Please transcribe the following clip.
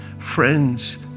Friends